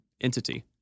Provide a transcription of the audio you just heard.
entity